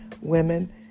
women